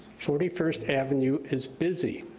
forty first avenue is busy,